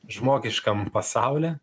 žmogiškam pasaulyje